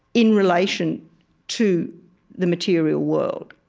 in relation to the material world.